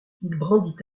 brandit